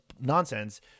nonsense